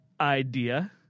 idea